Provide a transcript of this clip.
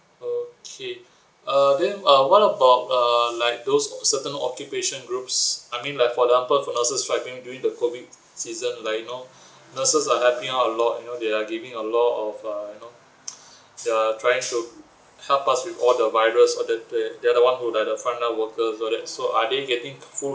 okay uh then uh what about err like those certain occupation groups I mean like for example for nurses fighting during the COVID season like you know nurses are helping out a lot you know they are giving a lot of uh you know they are trying to help us with all the virus or they they are the one who like the frontline workers all that so are they getting full